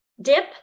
dip